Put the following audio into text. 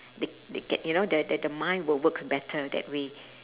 they they get you know the the the mind will work better that way